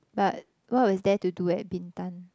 but what was there to do at Bintan